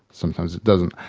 sometimes it doesn't.